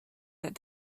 that